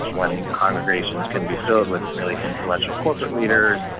when congregations can be filled with fairly influential corporate leaders,